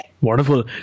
Wonderful